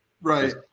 Right